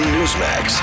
Newsmax